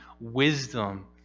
wisdom